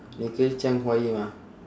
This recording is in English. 你可以讲华语吗